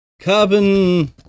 carbon